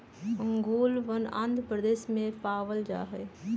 ओंगोलवन आंध्र प्रदेश में पावल जाहई